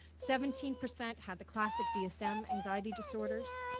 seventeen percent had the classic dsm anxiety disorders.